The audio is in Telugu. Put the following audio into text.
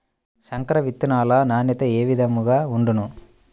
సంకర విత్తనాల నాణ్యత ఏ విధముగా ఉండును?